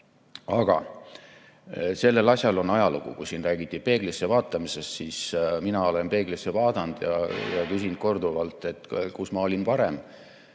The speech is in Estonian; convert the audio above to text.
Aga sellel asjal on ajalugu. Kui siin räägiti peeglisse vaatamisest, siis mina olen peeglisse vaadanud ja küsinud korduvalt, et kus ma olin varem.